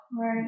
Right